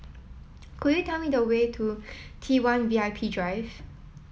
could you tell me the way to T one V I P Drive